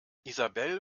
isabel